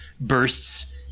bursts